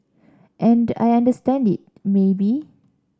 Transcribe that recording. and I understand it maybe